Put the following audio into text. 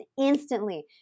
instantly